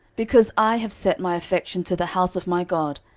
because i have set my affection to the house of my god,